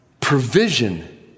provision